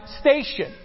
station